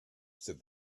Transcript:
said